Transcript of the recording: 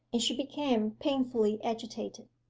and she became painfully agitated.